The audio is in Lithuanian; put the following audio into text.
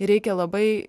reikia labai